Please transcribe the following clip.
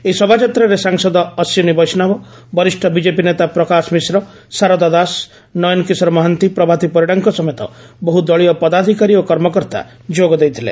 ଏହି ଶୋଭାଯାତ୍ରାରେ ସାଂସଦ ଅଶ୍ୱିନୀ ବୈଷ୍ଡବ ବରିଷ୍ଡ ବିଜେପି ନେତା ପ୍ରକାଶ ମିଶ୍ର ସାରଦା ଦାସ ନୟନ କିଶୋର ମହାନ୍ତି ପ୍ରଭାତୀ ପରିଡ଼ାଙ୍କ ସମେତ ବହୁ ଦଳୀୟ ପଦାଧକାରୀ ଓ କର୍ମକର୍ତ୍ତା ଯୋଗ ଦେଇଥିଲେ